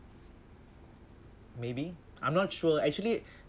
maybe I'm not sure actually